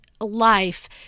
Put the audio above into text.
life